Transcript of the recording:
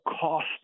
cost